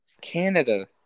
canada